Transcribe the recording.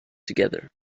together